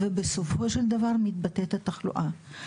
ובסופו של דבר מתבטאת התחלואה.